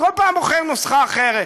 כל פעם בוחר נוסחה אחרת,